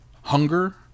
Hunger